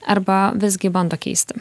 arba visgi bando keisti